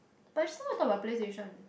but is not what I talk about Play Station